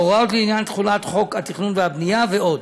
הוראות לעניין תחולת חוק התכנון והבנייה ועוד.